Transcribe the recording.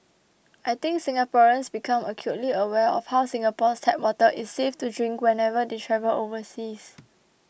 I think Singaporeans become acutely aware of how Singapore's tap water is safe to drink whenever they travel overseas